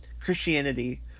Christianity